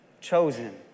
chosen